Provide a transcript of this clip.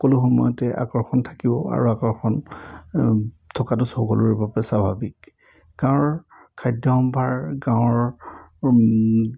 সকলো সময়তে আকৰ্ষণ থাকিব আৰু আকৰ্ষণ থকাটো সকলোৰে বাবে স্বাভাৱিক গাঁৱৰ খাদ্য সম্ভাৰ গাঁৱৰ